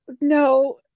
No